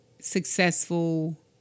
successful